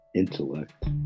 Intellect